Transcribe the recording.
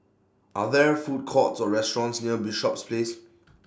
Are There Food Courts Or restaurants near Bishops Place